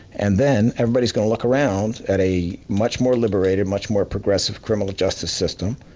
and then, everybody's gonna look around at a much more liberated, much more progressive criminal justice system,